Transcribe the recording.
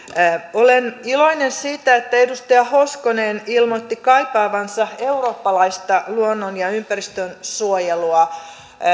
olen iloinen siitä että edustaja hoskonen ilmoitti kaipaavansa eurooppalaista luonnon ja ympäristönsuojelua